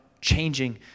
changing